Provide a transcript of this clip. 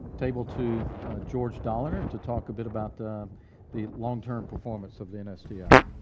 table to george dolinar to talk a bit about the the longterm performance of the nsdf.